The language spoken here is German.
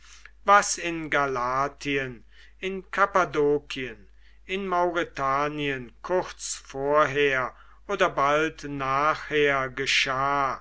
was in galatien in kappadokien in mauretanien kurz vorher oder bald nachher geschah